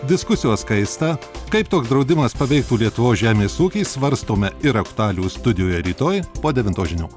diskusijos kaista kaip toks draudimas paveiktų lietuvos žemės ūkį svarstome ir aktualijų studijoje rytoj po devintos žinių